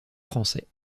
français